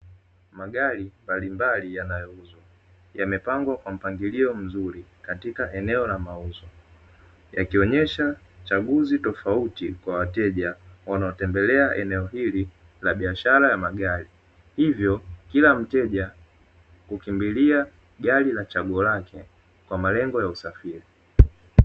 Magari mbalimbali yanayouzwa yamepangwa kwa mpangilio mzuri katika eneo la mauzo yakionyesha chaguzi tofauti kwa wateja wanaotembelea eneo hili la biashara ya magari, hivyo kila mteja kukimbilia gari la chaguo lake kwa malengo ya usafiri.